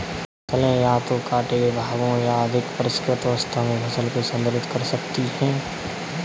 फसलें या तो काटे गए भागों या अधिक परिष्कृत अवस्था में फसल को संदर्भित कर सकती हैं